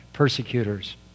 Persecutors